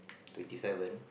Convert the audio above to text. twenty seven